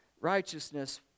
Righteousness